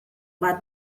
bat